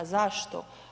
Zašto?